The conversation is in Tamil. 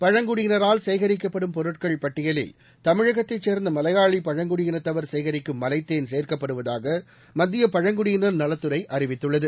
பழ்ங்குடியினரால் சேகரிக்கப்படும் பொருட்கள் பட்டியலில் தமிழகத்தைச் சேர்ந்த மலையாளி பழங்குடியினத்தவர் சேகரிக்கும் மலைத் தேன் சேர்க்கப்படுவதாக மத்திய பழங்குடியினர் நலத்துறை அறிவித்துள்ளது